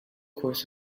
course